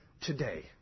today